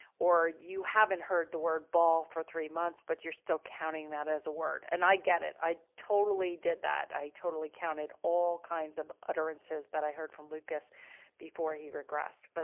or you haven't heard the word ball for three months, but you're still counting that as a word and i get it. i totally did that. i totally counted all kinds of utterances that i heard from lucas before he regressed. but,